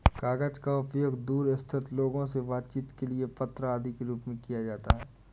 कागज का उपयोग दूर स्थित लोगों से बातचीत के लिए पत्र आदि के रूप में किया जाता है